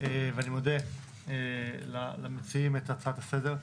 ואני מודה למציעים את הצעת הסדר.